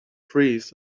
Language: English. trees